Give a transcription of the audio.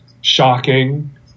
shocking